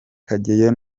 kageyo